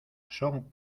son